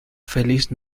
feliz